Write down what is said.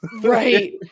right